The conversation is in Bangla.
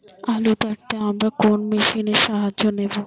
আলু তাড়তে আমরা কোন মেশিনের সাহায্য নেব?